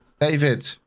David